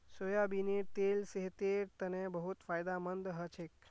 सोयाबीनेर तेल सेहतेर तने बहुत फायदामंद हछेक